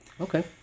Okay